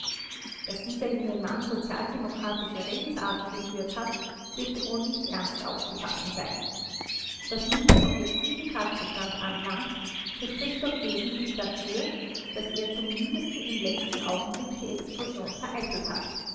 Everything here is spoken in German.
daß dieser junge mann sozialdemokratische redensarten geführt hat dürfte wohl nicht ernst aufzufassen sein was nun den objektiven tatbestand anlangt so spricht doch wesentlich dafür daß er zum mindesten im letzten augenblick die explosion vereitelt hat